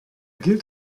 gilt